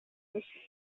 fishing